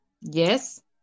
Yes